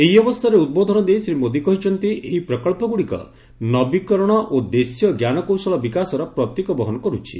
ଏହି ଅବସରରେ ଉଦ୍ବୋଧନ ଦେଇ ଶ୍ରୀ ମୋଦୀ କହିଛନ୍ତି ଏହି ପ୍ରକଳ୍ପଗୁଡ଼ିକ ନବୀକରଣ ଓ ଦେଶୀୟ ଜ୍ଞାନକୌଶଳ ବିକାଶର ପ୍ରତୀକ ବହନ କରୁଛି